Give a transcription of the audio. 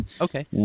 Okay